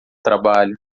trabalho